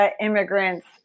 Immigrants